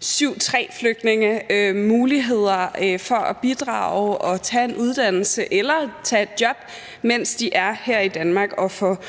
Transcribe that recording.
stk. 3, muligheder for at bidrage og tage en uddannelse eller tage et job, mens de er her i Danmark og får